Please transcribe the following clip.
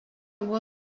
buvo